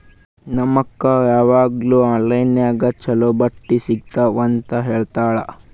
ನಮ್ ಅಕ್ಕಾ ಯಾವಾಗ್ನೂ ಆನ್ಲೈನ್ ನಾಗೆ ಛಲೋ ಬಟ್ಟಿ ಸಿಗ್ತಾವ್ ಅಂತ್ ತಗೋತ್ತಾಳ್